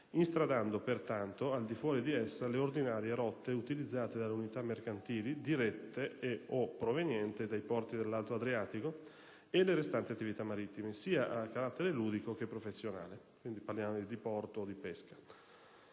instradando, pertanto, al di fuori di essa le ordinarie rotte utilizzate dalle unità mercantili dirette e/o provenienti dai porti dell'Alto Adriatico e le restanti attività marittime, sia a carattere ludico che professionale (diporto o pesca).